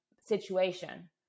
situation